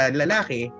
lalaki